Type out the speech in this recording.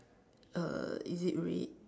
uh is it red